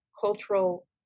cultural